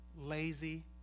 lazy